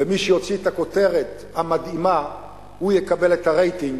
ומי שיוציא את הכותרת המדהימה הוא יקבל את הרייטינג